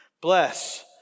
Bless